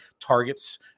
targets